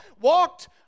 walked